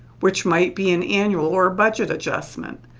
which might be an annual or budget adjustment.